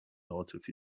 عاطفی